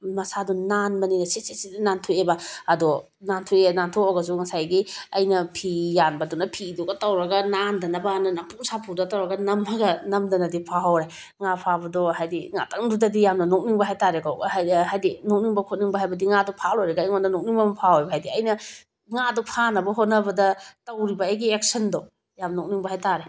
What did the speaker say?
ꯃꯁꯥꯗꯣ ꯅꯥꯟꯕꯅꯤꯅ ꯁꯤꯠ ꯁꯤꯠ ꯅꯥꯟꯊꯣꯛꯑꯦꯕ ꯑꯗꯣ ꯅꯥꯟꯊꯣꯛꯑꯦ ꯅꯥꯟꯊꯣꯛꯑꯒꯁꯨ ꯉꯁꯥꯏꯒꯤ ꯑꯩꯅ ꯐꯤ ꯌꯥꯟꯕꯗꯨꯅ ꯐꯤꯗꯨꯅ ꯇꯧꯔꯒ ꯅꯥꯟꯗꯅꯕꯅ ꯅꯝꯐꯨ ꯁꯥꯐꯨꯗ ꯇꯧꯔꯒ ꯅꯝꯃꯒ ꯅꯝꯗꯅꯗꯤ ꯐꯥꯍꯧꯔꯦ ꯉꯥ ꯐꯥꯕꯗꯣ ꯍꯥꯏꯗꯤ ꯉꯥꯇꯪꯗꯨꯗꯗꯤ ꯌꯥꯝꯅ ꯅꯣꯛꯅꯤꯡꯕ ꯍꯥꯏꯇꯔꯦꯀꯣ ꯍꯥꯏꯗꯤ ꯅꯣꯛꯅꯤꯡꯕ ꯈꯣꯠꯅꯤꯡꯕ ꯍꯥꯏꯕꯗꯤ ꯉꯥꯗꯣ ꯐꯥꯕ ꯂꯣꯏꯔꯒ ꯑꯩꯉꯣꯟꯗ ꯅꯣꯛꯅꯤꯡꯕ ꯑꯃ ꯐꯥꯎꯋꯦꯕ ꯍꯥꯏꯗꯤ ꯑꯩꯅ ꯉꯥꯗꯣ ꯐꯥꯅꯕ ꯍꯣꯠꯅꯕꯗ ꯇꯧꯔꯤꯕ ꯑꯩꯒꯤ ꯑꯦꯛꯁꯟꯗꯣ ꯌꯥꯝ ꯅꯣꯛꯅꯤꯡꯕ ꯍꯥꯏꯇꯥꯔꯦ